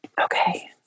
Okay